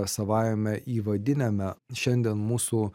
savajame įvadiniame šiandien mūsų